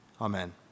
amen